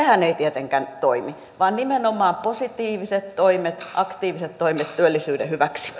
sehän ei tietenkään toimi vaan nimenomaan positiiviset toimet aktiiviset toimet työllisyyden hyväksi